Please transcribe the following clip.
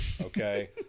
Okay